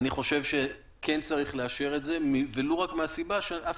אני חושב שצריך לאשר את זה ולו רק מהסיבה שאף